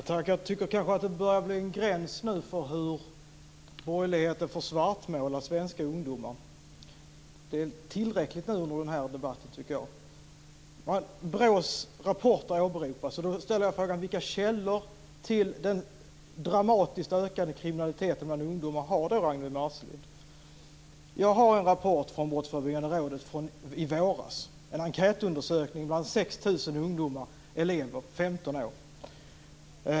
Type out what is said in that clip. Fru talman! Jag tycker kanske att vi börjar nå en gräns för hur borgerligheten får svartmåla svenska ungdomar. Det är tillräckligt nu under den här debatten, tycker jag. BRÅ:s rapporter åberopas. Då ställer jag frågan: Vilka källor till den dramatiskt ökade kriminaliteten bland ungdomar har Ragnwi Marcelind? Jag har en rapport från Brottsförebyggande rådet från i våras. Det är en enkätundersökning bland 6 000 ungdomar - elever, 15 år.